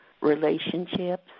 relationships